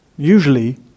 Usually